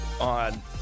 on